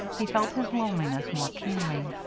he felt his loneliness more keenly.